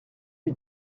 lui